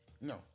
No